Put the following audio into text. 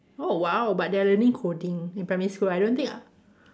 oh !wow! but they are learning coding in primary school I don't think I